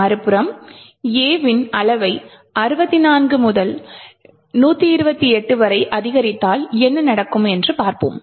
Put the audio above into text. மறுபுறம் A இன் அளவை 64 முதல் 128 வரை அதிகரித்தால் என்ன நடக்கும் என்று பார்ப்போம்